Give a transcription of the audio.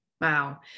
Wow